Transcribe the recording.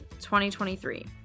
2023